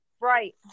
right